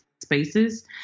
spaces